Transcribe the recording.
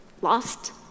lost